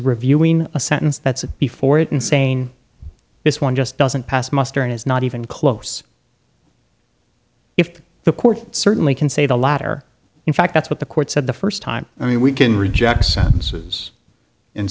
reviewing a sentence that's before it and saying this one just doesn't pass muster and is not even close the court certainly can say the latter in fact that's what the court said the first time i mean we can reject sentences